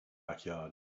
backyard